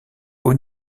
haut